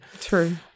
True